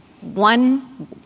one